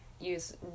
use